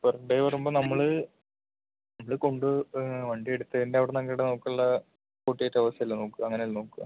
per day വരുമ്പോൾ നമ്മൾ നമ്മൾ കൊണ്ട് വണ്ടി എടുത്തതിന്റെ അവിടെനിന്ന് അങ്ങോട്ട് നമുക്കുള്ള ഫോർട്ടി എയിറ്റ് ഹവേഴ്സ് അല്ലേ നോക്കുക അങ്ങനെയല്ലേ നോക്കുക